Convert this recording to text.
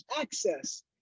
access